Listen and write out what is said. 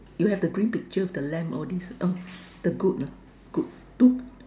you have the green picture with the lamp all this uh the good lah good two